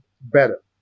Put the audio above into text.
better